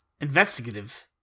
Investigative